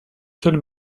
seules